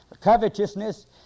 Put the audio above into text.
covetousness